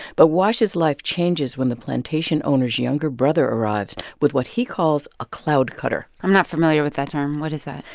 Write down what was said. but wash's life changes when the plantation owner's younger brother arrives with what he calls a cloud cutter i'm not familiar with that term. what is that?